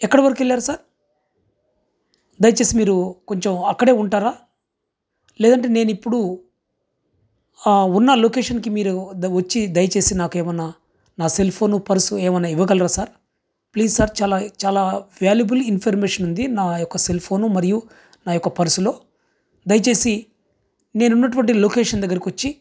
ఎక్కడ వరకు వెళ్ళారు సార్ దయచేసి మీరు కొంచెం అక్కడే ఉంటారా లేదంటే నేను ఇప్పుడు ఉన్న లొకేషన్కి మీరు వచ్చి దయచేసి నాకు ఏమైనా నా సెల్ ఫోను పర్సు ఏమైనా ఇవ్వగలరా సార్ ప్లీజ్ సార్ చాలా చాలా వ్యాల్యుబుల్ ఇన్ఫర్మేషన్ ఉంది నాయొక్క సెల్ ఫోను మరియు నాయొక్క పర్సులో దయచేసి నేను ఉన్నటువంటి లొకేషన్ దగ్గరకి వచ్చి